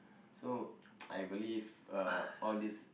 so I believe uh all these